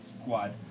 Squad